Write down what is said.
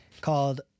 called